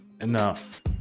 enough